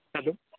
hello